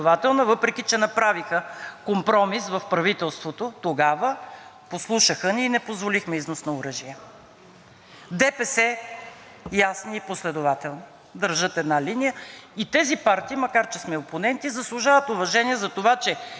ДПС – ясно и последователно държат една линия И тези партии, макар че сме опоненти, заслужават уважение за това, че ясно, чисто, последователно, макар и на обратното на нашето мнение, излизат и си го казват пред българските граждани.